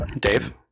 Dave